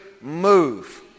move